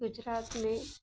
गुजरात में